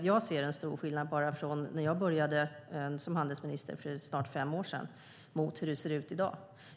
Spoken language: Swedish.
Jag ser en stor skillnad bara från när jag började som handelsminister för snart fem år sedan mot hur det ser ut i dag.